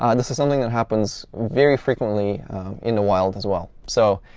um this is something that happens very frequently in the wild as well. so